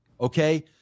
okay